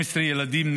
--- אתה